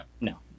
no